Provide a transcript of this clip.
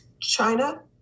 China